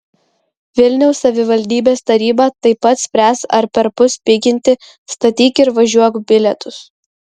vilniaus savivaldybės taryba taip pat spręs ar perpus piginti statyk ir važiuok bilietus